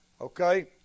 okay